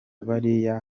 bariya